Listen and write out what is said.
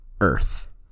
Earth